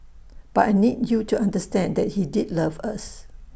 but I need you to understand that he did love us